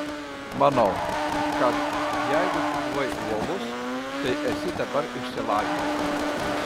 manau kad jeigu tu buvai uolus tai esi dabar išsilavinęs